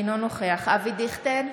אינו נוכח אבי דיכטר,